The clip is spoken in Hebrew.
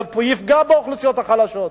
זה יפגע באוכלוסיות החלשות.